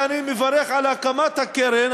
אני מברך על הקמת הקרן,